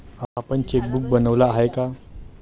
आपण चेकबुक बनवलं आहे का?